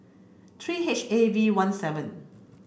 three H A V one seven